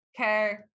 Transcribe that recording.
okay